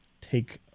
take